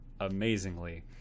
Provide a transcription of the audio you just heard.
amazingly